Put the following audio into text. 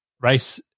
race